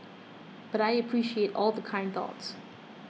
but I appreciate all the kind thoughts